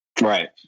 Right